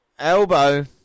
Elbow